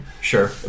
Sure